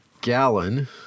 gallon